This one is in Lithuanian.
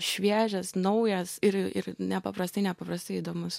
šviežias naujas ir ir nepaprastai nepaprastai įdomus